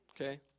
Okay